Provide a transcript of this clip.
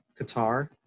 Qatar